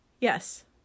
Yes